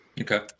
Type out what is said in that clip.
Okay